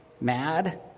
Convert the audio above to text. mad